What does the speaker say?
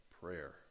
prayer